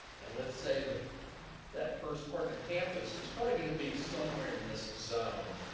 and let's say that that first part of the campus is probably gonna be somewhere in this zone,